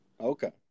Okay